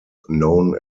known